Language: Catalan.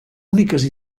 úniques